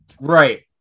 Right